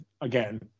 again